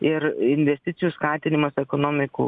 ir investicijų skatinimas ekonomikų